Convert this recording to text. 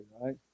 right